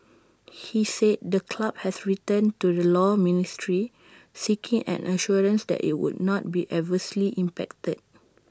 he said the club has written to the law ministry seeking an assurance that IT would not be adversely impacted